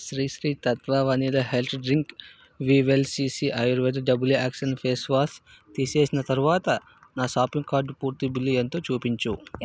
Shri Sri Tattva vanilla health drink Vicco Ayurveda double action face wash తీసేసిన తరువాత నా షాపింగ్ కార్డ్ పూర్తి బిల్ ఎంతో చూపించు